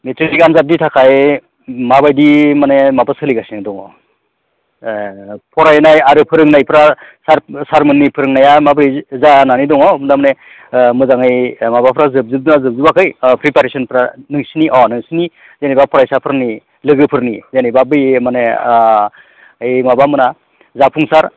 matric आनजादनि थाखाय माबायदि माने माबा सोलिगासिनो दङ फरायनाय आरो फोरोंनायफोरा सार सारमोननि फोरोंनाया माब्रै जानानै दङ थारमाने मोजाङै माबाफोरा जोबजुबदोना जोबजुबाखै प्रिपेरेसनफ्रा नोंसोरनि अ नोंसोरनि जेनेबा फरायसाफोरनि लोगोफोरनि जेनेबा बै माने ओइ माबामोना जाफुंसार